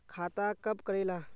खाता कब करेला?